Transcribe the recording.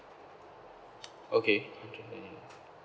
okay hundred twenty eight